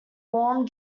warm